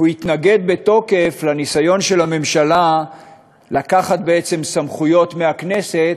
הוא התנגד בתוקף לניסיון של הממשלה לקחת בעצם סמכויות מהכנסת